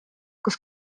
kus